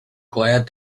glad